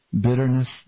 bitterness